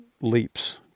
leaps